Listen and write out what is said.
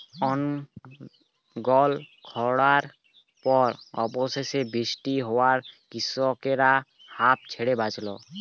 অনর্গল খড়ার পর অবশেষে বৃষ্টি হওয়ায় কৃষকরা হাঁফ ছেড়ে বাঁচল